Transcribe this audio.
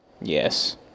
Yes